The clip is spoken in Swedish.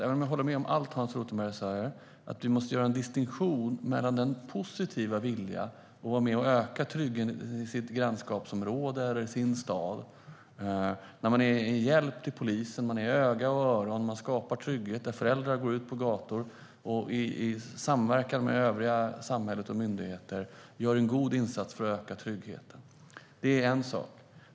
Även om jag håller med om allt Hans Rothenberg säger tror jag att vi måste göra en distinktion mellan två saker. Det ena är den positiva viljan att vara med att öka tryggheten i sitt grannskapsområde eller i sin stad. Det är när man är en hjälp till polisen, är ögon och öron och skapar trygghet. Det är när föräldrar går ut på gator och i samverkan med övriga samhället och myndigheter gör en god insats för att öka tryggheten. Det är en sak.